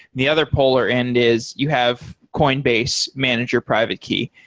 the other polar end is you have coinbase manage your private key.